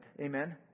Amen